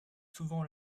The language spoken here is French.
souvent